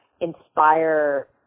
inspire